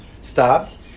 stops